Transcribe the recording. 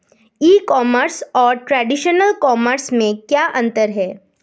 ई commerce और traditional commerce में क्या अंतर है?